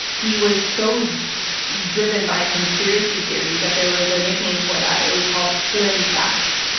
he was so driven by conspiracy theories that there was a nickname for that. it was called flynn facts.